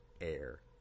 air